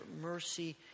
mercy